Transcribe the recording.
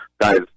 guys